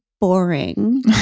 boring